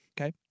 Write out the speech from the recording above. Okay